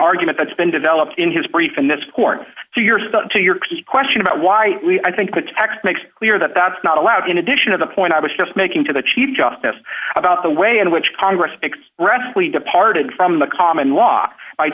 argument that's been developed in his brief in this court so you're stuck to your question about why we i think the text makes clear that that's not allowed in addition to the point i was just making to the chief justice about the way in which congress expressly departed from the common law i